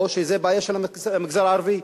או שזו בעיה של המגזר הערבי.